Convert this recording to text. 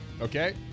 Okay